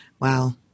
wow